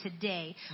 today